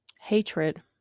hatred